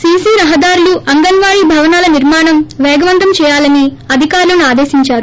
CC రహదారులు అంగన్వాడీ భవనాల నిర్మాణం పేగవంతం చేయాలని అధికారులను ఆదేశించారు